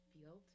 field